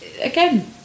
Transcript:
again